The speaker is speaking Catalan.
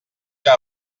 que